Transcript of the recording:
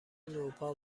نوپا